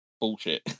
bullshit